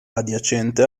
adiacente